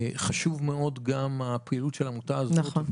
חשוב מאוד לציין גם את הפעילות של העמותה הזאת,